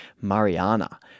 Mariana